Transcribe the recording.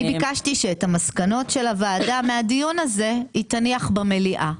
אני ביקשתי שאת המסקנות של הוועדה מהדיון הזה היא תניח במליאה.